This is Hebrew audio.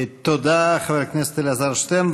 תודה, חבר הכנסת אלעזר שטרן.